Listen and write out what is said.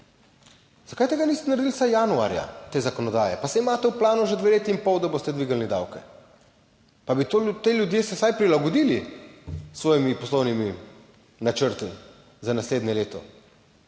Zakaj tega niste naredili vsaj januarja, te zakonodaje, pa saj imate v planu že dve leti in pol, da boste dvignili davke, pa bi ti ljudje se vsaj prilagodili svojimi poslovnimi načrti za naslednje leto.